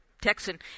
Texan